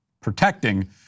protecting